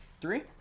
Three